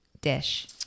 dish